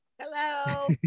Hello